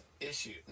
issue